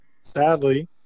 sadly